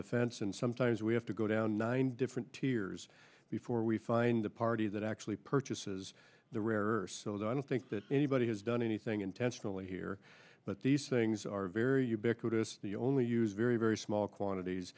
defense and sometimes we have to go down nine different two years before we find a party that actually purchases the rarer so that i don't think that anybody has done anything intentionally here but these things are very ubiquitous the only use very very small quantities